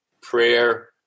prayer